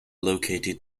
located